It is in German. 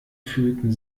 fühlten